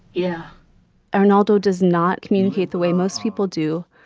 yeah arnaldo does not communicate the way most people do,